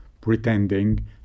pretending